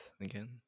again